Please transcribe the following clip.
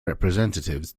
representatives